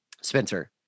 Spencer